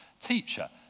teacher